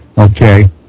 okay